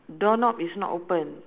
door knob is not open